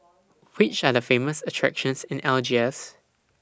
Which Are The Famous attractions in Algiers